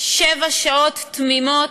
שבע שעות תמימות,